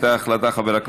ו-62א(ג) המוצעים בו, (6), (8)